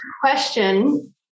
question